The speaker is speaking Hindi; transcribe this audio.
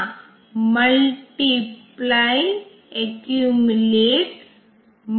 इसलिए वे अपशिष्ट सेवाओं के लिए उपयोगी हैं क्योंकि मैंने कहा था कि यह ऑपरेटिंग सिस्टम सेवाओं के लिए सामान्य रूप से उपयोगी है